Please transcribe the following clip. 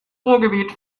ruhrgebiet